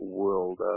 world